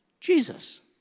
Jesus